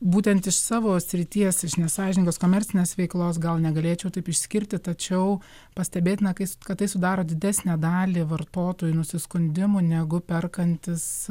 būtent iš savo srities iš nesąžiningos komercinės veiklos gal negalėčiau taip išskirti tačiau pastebėtina kad tai sudaro didesnę dalį vartotojų nusiskundimų negu perkantis